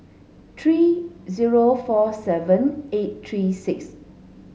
three zero four seven eight three six